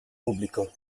pubblico